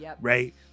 Right